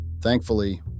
Thankfully